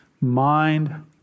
mind